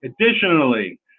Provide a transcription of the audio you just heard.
Additionally